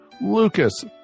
Lucas